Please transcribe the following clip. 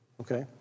Okay